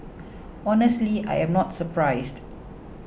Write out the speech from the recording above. honestly I am not surprised